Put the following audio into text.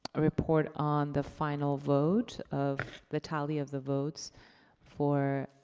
report on the final vote of the tally of the votes for